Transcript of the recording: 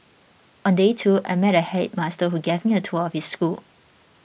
on day two I met a headmaster who gave me a tour of his school